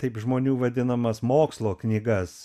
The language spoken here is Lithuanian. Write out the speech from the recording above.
taip žmonių vadinamas mokslo knygas